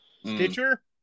Stitcher